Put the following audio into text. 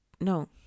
No